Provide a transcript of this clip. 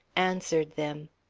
answered them.